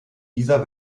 dieser